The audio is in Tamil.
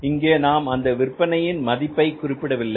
இங்கே நாம் அந்த விற்பனையின் மதிப்பை குறிப்பிடவில்லை